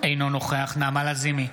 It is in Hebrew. אינו נוכח נעמה לזימי,